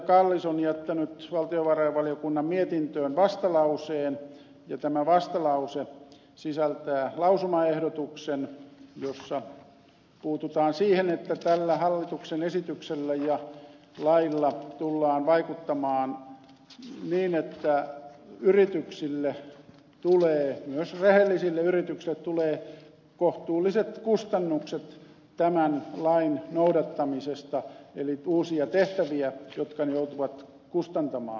kallis on jättänyt valtiovarainvaliokunnan mietintöön vastalauseen ja tämä vastalause sisältää lausumaehdotuksen jossa puututaan siihen että tällä hallituksen esityksellä ja lailla tullaan vaikuttamaan niin että myös rehellisille yrityksille tulevat kohtalaiset kustannukset tämän lain noudattamisesta eli uusia tehtäviä jotka ne joutuvat kustantamaan